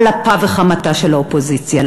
על אפה ועל חמתה של האופוזיציה.